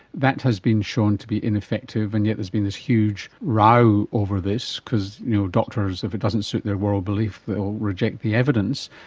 that has been shown to be ineffective and yet there has been this huge row over this because you know doctors, if it doesn't suit their world belief they will reject the evidence.